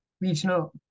regional